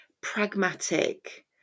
pragmatic